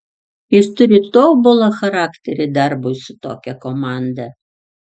jis turi tobulą charakterį darbui su tokia komanda